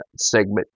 Segment